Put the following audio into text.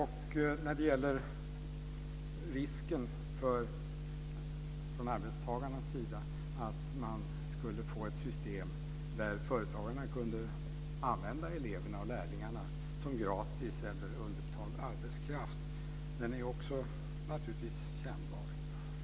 Från arbetstagarnas sida ser man risken för att vi skulle få ett system där företagen kunde använda eleverna och lärlingarna som gratis eller underbetald arbetskraft. Den är naturligtvis kännbar.